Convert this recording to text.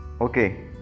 Okay